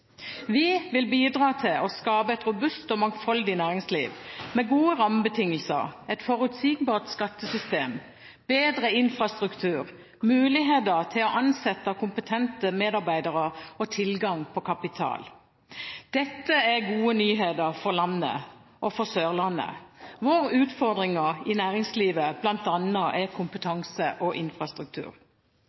Vi vil bidra til å skape et robust og mangfoldig næringsliv med gode rammebetingelser, et forutsigbart skattesystem, bedre infrastruktur, muligheter til å ansette kompetente medarbeidere og tilgang på kapital. Dette er gode nyheter for landet og for Sørlandet, hvor utfordringen i næringslivet bl.a. er kompetanse og infrastruktur.